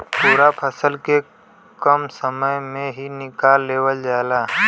पूरा फसल के कम समय में ही निकाल लेवल जाला